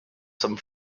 some